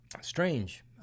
Strange